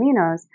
aminos